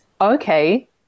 Okay